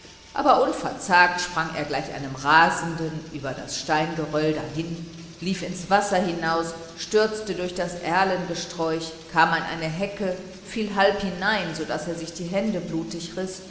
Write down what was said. aber unverzagt sprang er gleich einem rasenden über das steingeröll dahin lief ins wasser hinaus stürzte durch das erlengesträuch kam an eine hecke fiel halb hinein so daß er sich die hände blutig riß